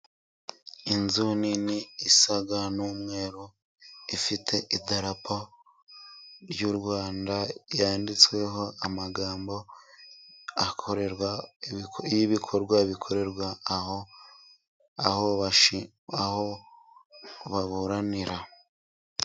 Inzu nini isa n'umweru ifite idarapa ry'u Rwanda, yanditsweho amagambo akorerwa y'ibikorwa bikorerwa aho aho bashi aho baburanira.